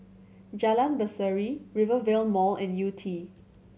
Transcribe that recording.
Jalan Berseri Rivervale Mall and Yew Tee